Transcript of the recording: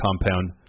compound